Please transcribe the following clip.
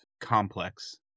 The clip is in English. complex